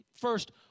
First